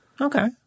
Okay